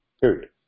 period